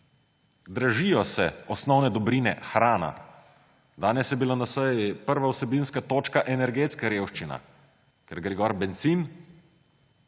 Dražijo se osnovne dobrine, hrana. Danes je bila na seji prva vsebinska točka energetska revščina, ker gre gor bencin,